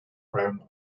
brown